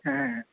হ্যাঁ